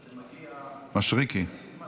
משריקי?